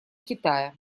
китая